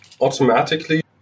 automatically